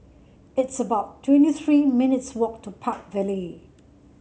it's about twenty three minutes' walk to Park Vale